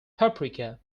paprika